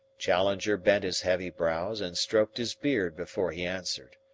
challenger bent his heavy brows and stroked his beard before he answered.